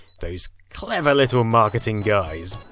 those clever little marketing guys.